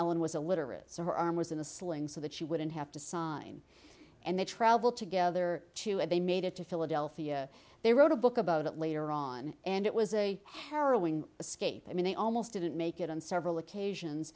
ellen was illiterate so her arm was in a sling so that she wouldn't have to sign and they travel together too and they made it to philadelphia they wrote a book about it later on and it was a harrowing escape i mean they almost didn't make it on several occasions